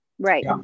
Right